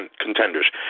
contenders